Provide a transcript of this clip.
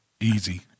Easy